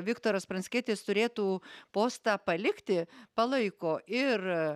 viktoras pranckietis turėtų postą palikti palaiko ir